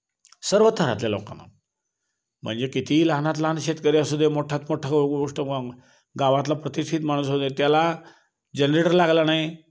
सर्व थरातल्या लोकांना म्हणजे कितीही लहानात लहान शेतकरी असू दे मोठ्ठात मोठ्ठा गोष्ट मग गावातला प्रतिष्ठित माणूस असू देत त्याला जनरेटर लागला नाही